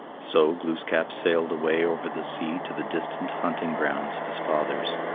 so glooskap sailed away over the sea to the distant hunting grounds of his fathers.